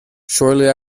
shortly